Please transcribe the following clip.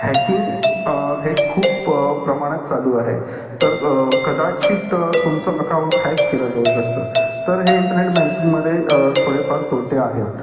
hacking हे खूप प्रमाणात चालू आहे तर कदाचित तुमचं अकाऊंट हॅक केलं जाऊ शकतं तर हे इंटरनेट बँकिंगमध्ये थोडेफार तोटे आहेत